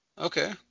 Okay